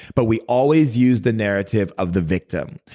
but we always use the narrative of the victim,